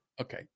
Okay